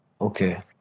Okay